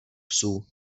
psů